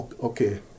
Okay